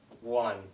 One